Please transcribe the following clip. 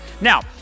Now